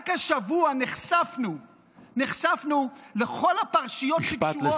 רק השבוע נחשפנו לכל הפרשיות שקשורות,